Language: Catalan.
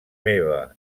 meva